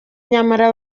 nyamara